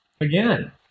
again